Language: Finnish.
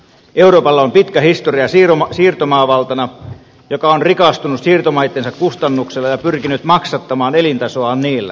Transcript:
euroopalla on pitkä historia siirtomaavaltana joka on rikastunut siirtomaittensa kustannuksella ja pyrkinyt maksattamaan elintasoaan niillä